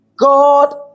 God